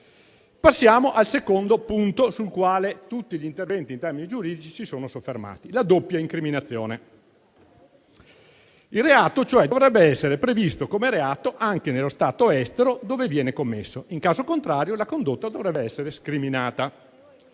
Passiamo al secondo punto sul quale tutti gli interventi in termini giuridici si sono soffermati: la doppia incriminazione. Il reato, cioè, dovrebbe essere previsto come reato anche nello Stato estero dove viene commesso; in caso contrario, la condotta dovrebbe essere scriminata.